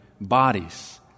bodies